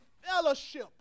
fellowship